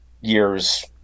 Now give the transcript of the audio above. years